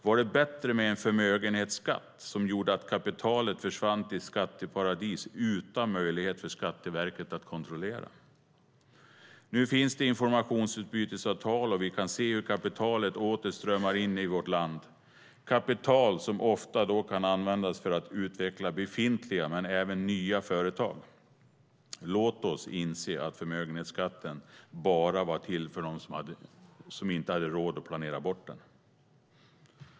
Var det bättre med en förmögenhetsskatt som gjorde att kapitalet försvann till skatteparadis utan möjlighet för Skatteverket att kontrollera? Nu finns det informationsutbytesavtal, och vi kan se hur kapitalet åter strömmar in i vårt land. Det är kapital som ofta kan användas för att utveckla befintliga men även nya företag. Låt oss inse att förmögenhetsskatten bara var till för dem som inte hade råd att planera bort den.